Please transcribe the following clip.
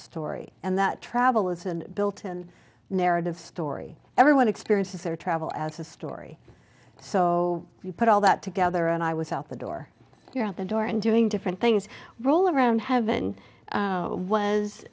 story and that travel isn't built in narrative story ever one experiences their travel as a story so you put all that together and i was out the door you're out the door and doing different things roll around have